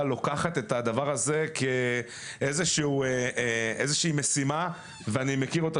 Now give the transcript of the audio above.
לוקחת את הדבר הזה כאיזה שהיא משימה ואני מכיר אותה